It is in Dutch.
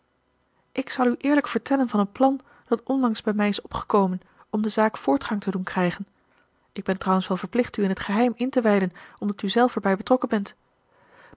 ik zal u eerlijk vertellen van een plan dat onlangs bij mij is opgekomen om de zaak voortgang te doen krijgen ik ben trouwens wel verplicht u in t geheim in te wijden omdat u zelf erbij betrokken bent